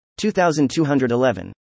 2211